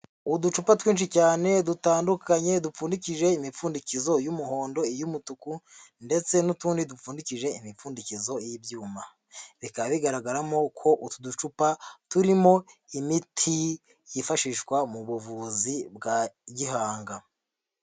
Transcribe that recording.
Uducupa twinshi cyane dutandukanye, dupfundikije imipfundikizo y'umuhondo, iy'umutuku, ndetse n'utundi dupfundikishije imipfundikizo y'ibyuma. Bikaba bigaragaramo ko utu ducupa turimo imiti yifashishwa mu buvuzi bwa gihanga.